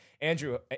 Andrew